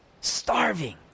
starving